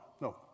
no